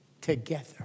together